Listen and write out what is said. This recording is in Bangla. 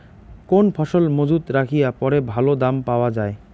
কোন ফসল মুজুত রাখিয়া পরে ভালো দাম পাওয়া যায়?